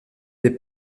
des